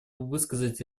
высказать